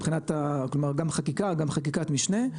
מבחינת כלומר גם חקיקה גם חקיקת משנה,